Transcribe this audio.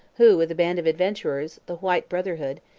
who, with a band of adventurers, the white brotherhood,